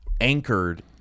anchored